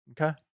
Okay